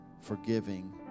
forgiving